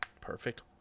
Perfect